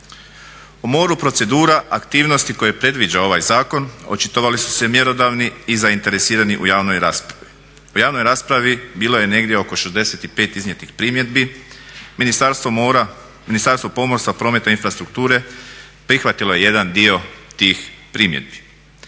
U moru procedura, aktivnosti koje predviđa ovaj zakon očitovali su se mjerodavni i zainteresirani u javnoj raspravi. U javnoj raspravi bilo je negdje oko 65 iznijetih primjedbi, Ministarstvo mora, Ministarstvo pomorstva, prometa i infrastrukture prihvatilo je jedan dio tih primjedbi.